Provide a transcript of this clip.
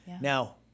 Now